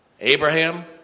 Abraham